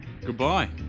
Goodbye